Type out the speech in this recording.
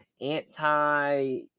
anti